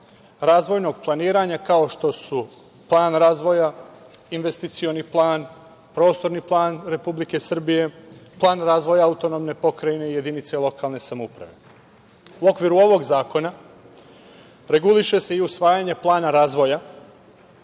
razvojnog planiranja kao što su plan razvoja, investicioni plan, prostorni plan Republike Srbije, plan razvoja AP i jedinice lokalne samouprave. U okviru ovog zakona reguliše se i usvajanje plana razvoja